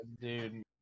Dude